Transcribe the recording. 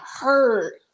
hurt